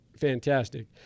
fantastic